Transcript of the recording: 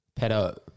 pedo